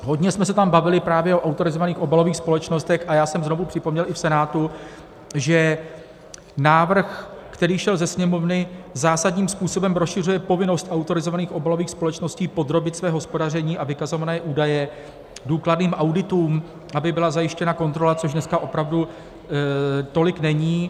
Hodně jsme se tam bavili právě o autorizovaných obalových společnostech a já jsem znovu připomněl i v Senátu, že návrh, který šel ze Sněmovny, zásadním způsobem rozšiřuje povinnost autorizovaných obalových společností podrobit své hospodaření a vykazované údaje důkladným auditům, aby byla zajištěna kontrola, což dneska opravdu tolik není.